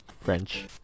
French